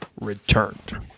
returned